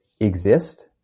exist